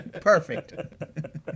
perfect